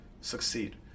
succeed